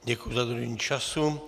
Děkuji za dodržení času.